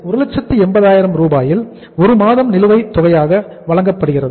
எனவே 180000 ல் 1 மாதம் நிலுவைத் தொகையாக வழங்கப்படுகிறது